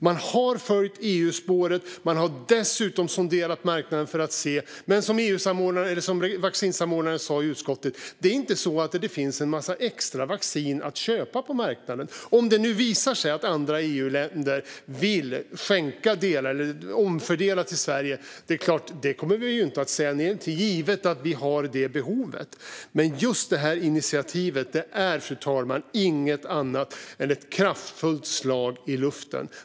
Man har följt EU-spåret, och man har dessutom sonderat marknaden. Men, som vaccinsamordnaren sa i utskottet: Det är inte så att det finns en massa extra vaccin att köpa på marknaden. Om det nu visar sig att andra EU-länder vill omfördela till Sverige är det klart att vi inte kommer att säga nej till det, givet att vi har det behovet. Men det här initiativet är inget annat än ett kraftfullt slag i luften, fru talman.